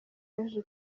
yaje